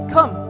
Come